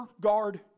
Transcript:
guard